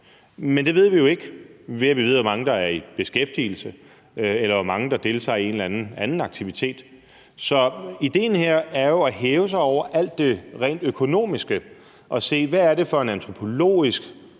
Men det ved vi jo ikke ved at vide, hvor mange der er i beskæftigelse, eller hvor mange der deltager i en eller anden aktivitet. Så idéen her er jo at hæve sig over det rent økonomiske og se, hvad det er for en antropologisk